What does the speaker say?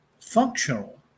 functional